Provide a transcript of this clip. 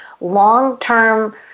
long-term